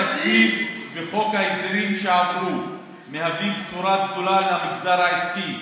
התקציב וחוק ההסדרים שעברו מהווים בשורה גדולה למגזר העסקי.